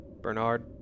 Bernard